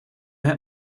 had